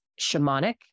shamanic